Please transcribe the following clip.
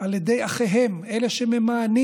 על ידי אחיהם, אלה שממאנים